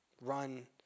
Run